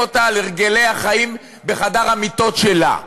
אותה על הרגלי החיים בחדר המיטות שלה.